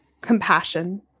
compassion